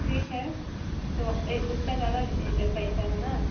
ठीक है तो ए उसका ज़्यादा ए पैसा है ना